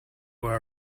were